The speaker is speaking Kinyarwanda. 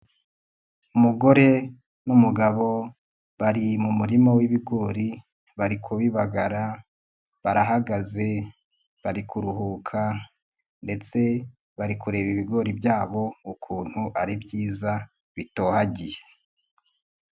Umugore n'umugabo bari mu murima w'ibigori, bari kubibagara ,barahagaze, bari kuruhuka ndetse bari kureba ibigori byabo ukuntu ari byiza bitohagiye.